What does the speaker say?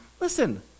Listen